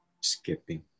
Skipping